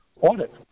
audit